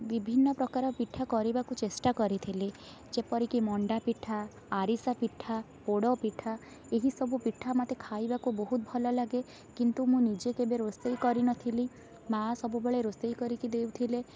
ବିଭିନ୍ନ ପ୍ରକାରର ପିଠା କରିବାକୁ ଚେଷ୍ଟା କରିଥିଲି ଯେପରିକି ମଣ୍ଡାପିଠା ଆରିସାପିଠା ପୋଡ଼ପିଠା ଏହିସବୁ ପିଠା ମୋତେ ଖାଇବାକୁ ମୋତେ ବହୁତ ଭଲଲାଗେ କିନ୍ତୁ ମୁଁ ନିଜେ କେବେ ରୋଷେଇ କରିନଥିଲି ମା' ସବୁବେଳେ ରୋଷେଇ କରିଦେଉଥିଲେ